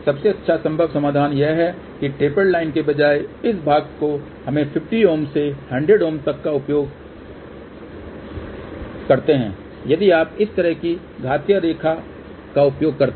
सबसे अच्छा संभव समाधान यह है कि टेपर्ड लाइन के बजाय इस भाग को हमें 50 Ω से 100 Ω तक का उपयोग करते हैं यदि आप इस तरह की घातीय रेखा का उपयोग करते हैं